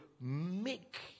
make